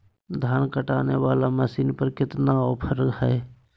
धान काटने वाला मसीन पर कितना ऑफर हाय?